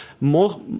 More